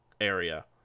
area